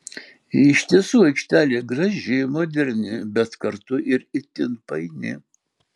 iš tiesų aikštelė graži moderni bet kartu ir itin paini